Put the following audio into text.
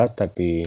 tapi